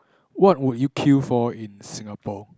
what would you queue for in Singapore